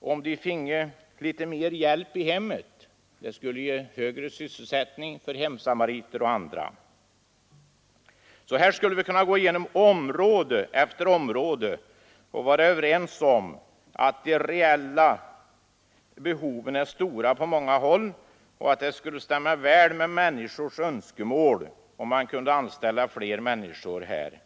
om de kunde få litet mer hjälp i hemmet — det skulle ge sysselsättning för fler hemsamariter och andra. Så här skulle vi kunna gå igenom område efter område och vara överens om att de reella behoven är stora på många håll och att det skulle stämma väl med människors önskemål, om man kunde skaffa fler anställda för att tillgodose dessa behov.